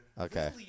Okay